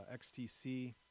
XTC